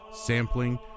sampling